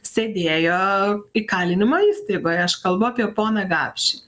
sėdėjo įkalinimo įstaigoj aš kalbu apie poną gapšį